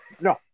No